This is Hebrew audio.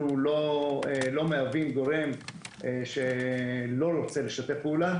אנחנו לא מהווים גורם שלא רוצה לשתף פעולה.